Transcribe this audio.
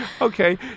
okay